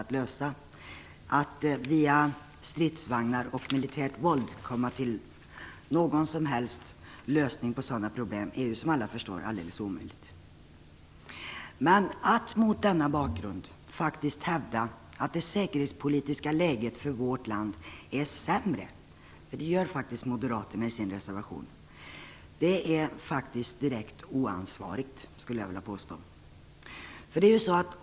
Att komma fram till någon som helst lösning på sådana problem via stridsvagnar och militärt våld är, som alla förstår, alldeles omöjligt. Men att mot denna bakgrund hävda att det säkerhetspolitiska läget för vårt land är sämre, som moderaterna faktiskt gör i sin reservation, är - skulle jag vilja påstå - direkt oansvarigt.